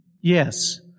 Yes